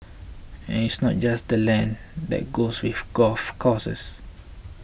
and it's not just the land that goes with golf courses